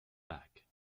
back